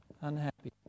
unhappy